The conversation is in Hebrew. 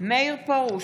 מאיר פרוש,